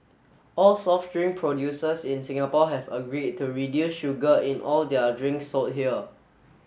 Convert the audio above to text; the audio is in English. all soft drink producers in Singapore have agreed to reduce sugar in all their drink sold here